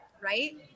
right